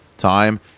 Time